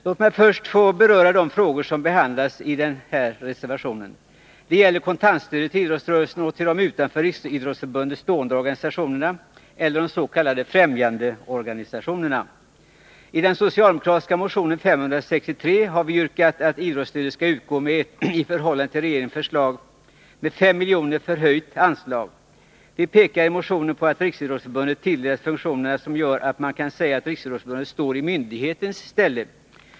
Låt mig först få beröra de frågor som behandlas i den nämnda reservationen. Det gäller kontantstödet till idrottsrörelsen och till de utanför Riksidrottsförbundet stående organisationerna, de s.k. främjandeorganisationerna. I den socialdemokratiska motionen 563 har vi yrkat att idrottsstödet skall utgå med ett i förhållande till regeringens förslag med 5 miljoner förhöjt anslag. Vi pekar i motionen på att Riksidrottsförbundet tilldelats funktioner som gör att man kan säga att Riksidrottsförbundet står i en myndighets ställe.